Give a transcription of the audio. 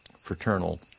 fraternal